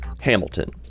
hamilton